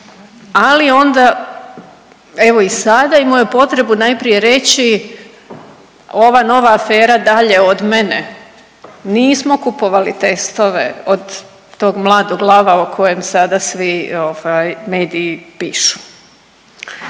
ali onda evo i sada imao je potrebu najprije reći ova nova afera dalje od mene, nismo kupovali testove od tog mladog lava o kojem sada svi ovaj mediji pišu,